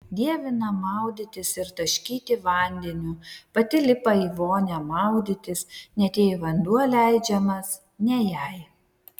dievina maudytis ir taškyti vandeniu pati lipa į vonią maudytis net jei vanduo leidžiamas ne jai